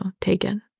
taken